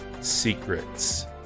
secrets